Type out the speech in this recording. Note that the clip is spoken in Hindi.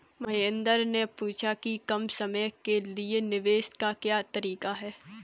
महेन्द्र ने पूछा कि कम समय के लिए निवेश का क्या तरीका है?